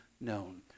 known